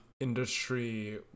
industry